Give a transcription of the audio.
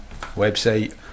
website